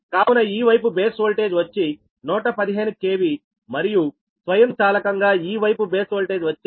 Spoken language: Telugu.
కావున ఈ వైపు బేస్ వోల్టేజ్ వచ్చి 115 KV మరియు స్వయంచాలకంగా ఈ వైపు బేస్ వోల్టేజ్ వచ్చి 6